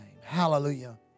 Hallelujah